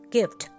Gift